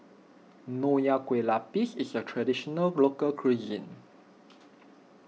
Nonya Kueh Lapis is a Traditional Local Cuisine